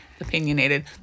opinionated